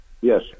Yes